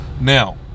Now